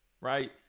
Right